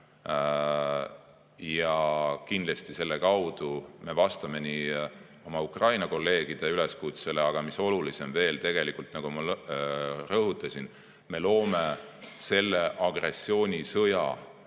Kindlasti selle kaudu me vastame oma Ukraina kolleegide üleskutsele, aga mis veel olulisem, tegelikult, nagu ma rõhutasin, me loome selle agressioonisõja